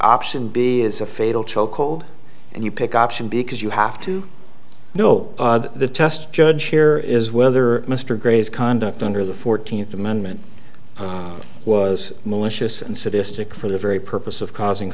option b is a fatal choke hold and you pick option because you have to know the test judge here is whether mr gray's conduct under the fourteenth amendment was malicious and sadistic for the very purpose of causing